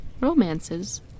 romances